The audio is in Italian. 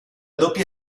doppia